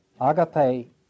Agape